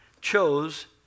chose